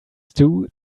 stew